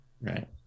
right